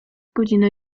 godzina